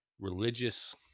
religious